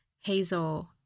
Hazel